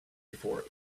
before